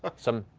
but some,